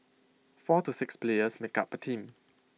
four to six players make up A team